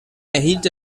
erhielt